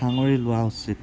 সামৰি লোৱা উচিত